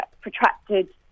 protracted